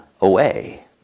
away